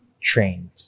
trained